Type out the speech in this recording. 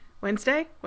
Wednesday